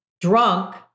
drunk